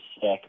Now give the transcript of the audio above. sick